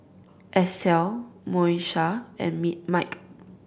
Estell Moesha and me Mike